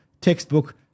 textbook